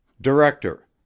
director